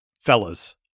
fellas